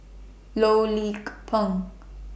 Loh Lik Peng